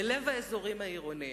בלב האזורים העירוניים.